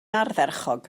ardderchog